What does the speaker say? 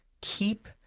keep